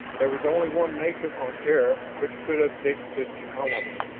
there was only one nation on terra which could have picked such colonists.